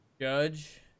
Judge